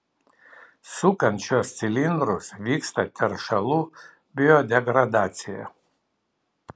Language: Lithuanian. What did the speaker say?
sukant šiuos cilindrus vyksta teršalų biodegradacija